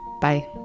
bye